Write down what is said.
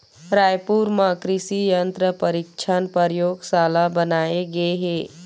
रायपुर म कृसि यंत्र परीक्छन परयोगसाला बनाए गे हे